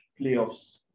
playoffs